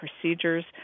procedures